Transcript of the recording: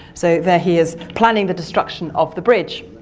so, there he is planning the destruction of the bridge.